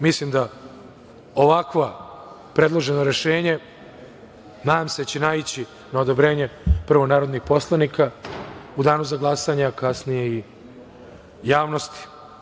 Mislim da ovakvo predloženo rešenje, nadam se, da će naići na odobrenje prvo narodnih poslanika u danu za glasanje, a kasnije i javnosti.